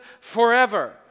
forever